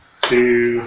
two